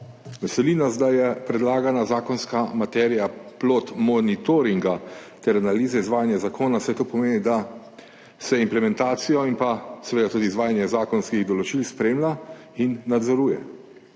Veseli nas, da je predlagana zakonska materija plod monitoringa ter analize izvajanja zakona, saj to pomeni, da se implementacijo in pa seveda tudi izvajanje zakonskih določil spremlja in nadzoruje.